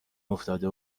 افتاده